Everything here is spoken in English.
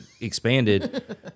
Expanded